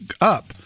up